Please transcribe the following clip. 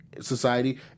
society